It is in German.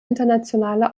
internationale